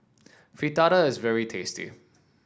Fritada is very tasty